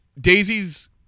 Daisy's